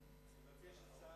בבקשה.